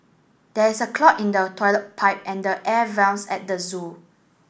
there is a clog in the toilet pipe and the air vents at the zoo